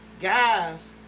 guys